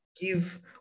give